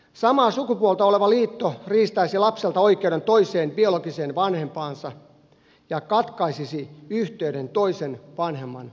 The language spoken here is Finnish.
samaa sukupuolta oleva liitto riistäisi lapselta oikeuden toiseen biologiseen vanhempaansa ja katkaisisi yhteyden toisen vanhemman sukuun